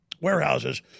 warehouses